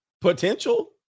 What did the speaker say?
Potential